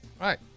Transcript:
Right